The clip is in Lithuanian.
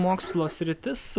mokslo sritis